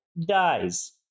dies